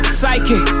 psychic